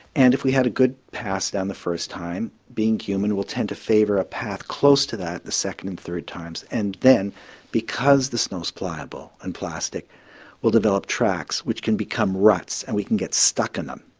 and if we had a good pass down the first time, being human we will tend to favour a path close to that the second and third times and then because the snow is pliable and plastic we'll develop tracks which become become ruts and we can get stuck in them,